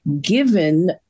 given